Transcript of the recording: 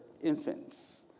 infants